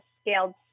scaled